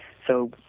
so,